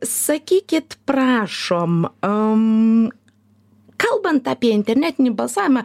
sakykit prašom am kalbant apie internetinį balsavimą